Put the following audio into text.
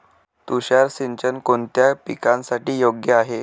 तुषार सिंचन कोणत्या पिकासाठी योग्य आहे?